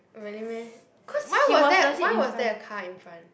really meh why was there why was there a car in front